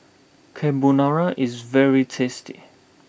Carbonara is very tasty